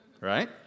right